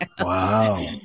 Wow